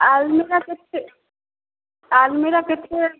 ଆଲ୍ମୀରା କେତେ ଆଲ୍ମୀରା କେତେ